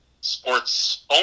sports